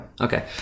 Okay